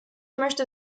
möchte